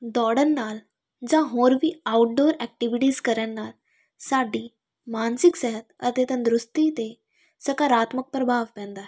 ਦੌੜਨ ਨਾਲ ਜਾਂ ਹੋਰ ਵੀ ਆਊਟਡੋਰ ਐਕਟੀਵਿਟੀਜ਼ ਕਰਨ ਨਾਲ ਸਾਡੀ ਮਾਨਸਿਕ ਸਿਹਤ ਅਤੇ ਤੰਦਰੁਸਤੀ 'ਤੇ ਸਕਾਰਾਤਮਕ ਪ੍ਰਭਾਵ ਪੈਂਦਾ ਹੈ